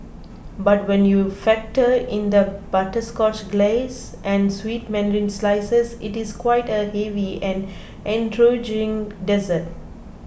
but when you factor in the butterscotch glace and sweet mandarin slices it is quite a heavy and intriguing dessert